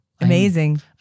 amazing